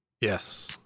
Yes